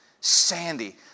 Sandy